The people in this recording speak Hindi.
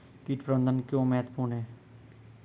कीट प्रबंधन क्यों महत्वपूर्ण है?